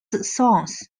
songs